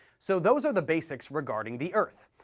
so those are the basics regarding the earth.